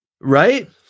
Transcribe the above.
Right